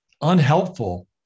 unhelpful